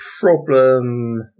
problem